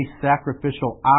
sacrificial